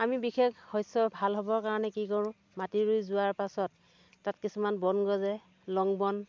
আমি বিশেষ শস্য় ভাল হ'বৰ কাৰণে কি কৰোঁ মাটি ৰুই যোৱাৰ পাছত তাত কিছুমান বন গজে লং বন